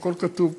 הכול כתוב פה.